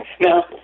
Now